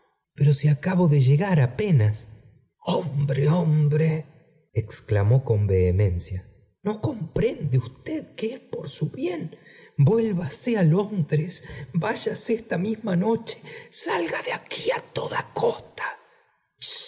pero si acabo de llegar apenas i hombre hombre exclamó con vehemení n o comprende psted que es por su bien i vuélvase á londres i váyase esta misma noche i i salga de aquí á toda costal